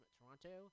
Toronto